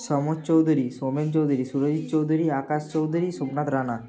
Samar Chowdhury Soumen Chowdhury Surajit Chowdhury Akash Chowdhury Somnath Rana